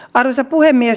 arvoisa puhemies